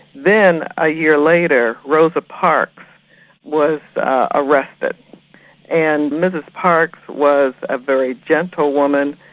then a year later, rosa park was ah arrested and mrs park was a very gentle woman,